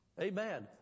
Amen